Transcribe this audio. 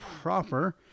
proper